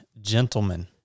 gentlemen